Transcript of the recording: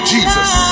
Jesus